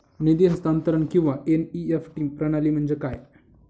निधी हस्तांतरण किंवा एन.ई.एफ.टी प्रणाली म्हणजे काय?